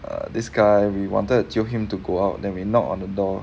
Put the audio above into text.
uh this guy we wanted jio him to go out then we knock on the door